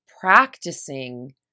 practicing